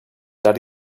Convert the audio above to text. that